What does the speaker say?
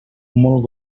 molt